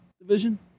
division